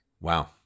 Wow